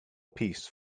piece